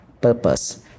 purpose